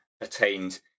attained